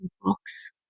box